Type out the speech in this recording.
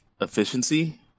efficiency